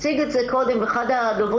הציג את זה קודם אחד הדוברים.